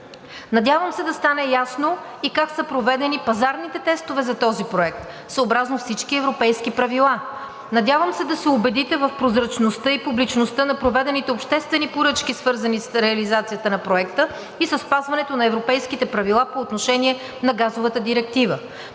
Надявам се да стане ясно и как са проведени пазарните тестове за този проект съобразно всички европейски правила. Надявам се да се убедите в прозрачността и публичността на проведените обществени поръчки, свързани с реализацията на проекта и със спазването на европейските правила по отношение на Газовата директива.